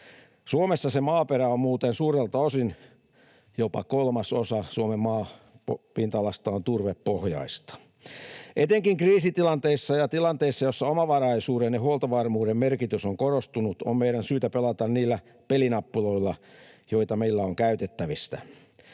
Suomessa maaperä on muuten suurelta osin, jopa kolmasosa Suomen maapinta-alasta, turvepohjaista. Etenkin kriisitilanteissa ja tilanteissa, joissa omavaraisuuden ja huoltovarmuuden merkitys on korostunut, on meidän syytä pelata niillä pelinappuloilla, joita meillä on käytettävissä.